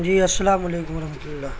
جی السلام علیکم ورحمتہ اللہ